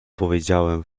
powiedziałem